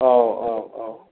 औ औ औ